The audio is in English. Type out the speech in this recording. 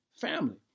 family